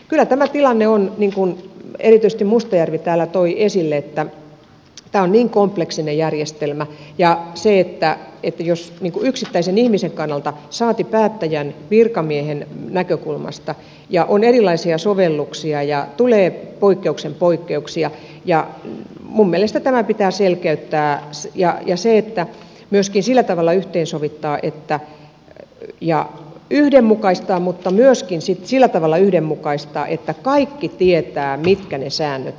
kyllä tämä tilanne on se niin kuin erityisesti mustajärvi täällä toi esille että tämä on niin kompleksinen järjestelmä jo yksittäisen ihmisen kannalta saati päättäjän virkamiehen näkökulmasta ja on erilaisia sovelluksia ja tulee poikkeuksen poikkeuksia ja minun mielestäni tämä pitää selkeyttää myöskin sillä tavalla yhteensovittaa ja yhdenmukaistaa mutta myöskin sitten sillä tavalla yhdenmukaistaa että kaikki tietävät mitkä ne säännöt ovat